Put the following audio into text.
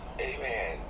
Amen